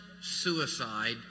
suicide